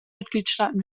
mitgliedstaaten